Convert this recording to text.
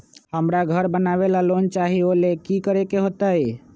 हमरा घर बनाबे ला लोन चाहि ओ लेल की की करे के होतई?